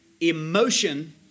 emotion